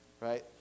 right